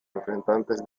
representantes